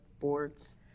boards